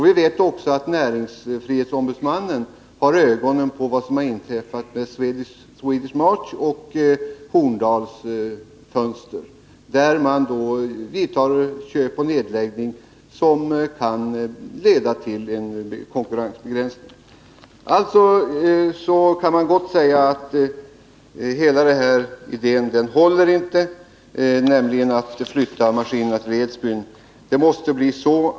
Vi vet också att näringsfrihetsombudsmannen har ögonen på vad som har inträffat vid Swedish Match och Horndalsfönster, där man vidtar köp och nedläggning som kan leda till en konkurrensbegränsning. Man kan alltså säga att idén att flytta maskinerna till Edsbyn inte håller.